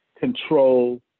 control